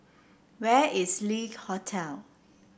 where is Le Hotel